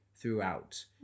throughout